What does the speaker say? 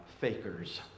fakers